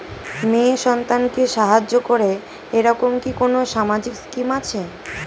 মেয়ে সন্তানকে সাহায্য করে এরকম কি কোনো সামাজিক স্কিম আছে?